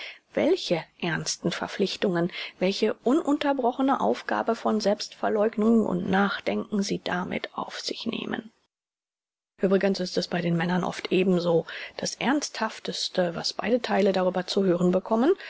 welche ernsten verpflichtungen welche ununterbrochene aufgabe von selbstverläugnung und nachdenken sie damit auf sich nehmen uebrigens ist es bei den männern oft ebenso das ernsthafteste was beide theile darüber zu hören bekommen